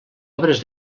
obres